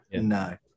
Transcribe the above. no